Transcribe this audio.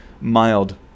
mild